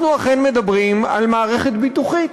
אנחנו אכן מדברים על מערכת ביטוחית.